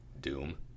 Doom